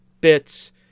bits